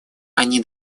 они